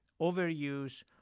overuse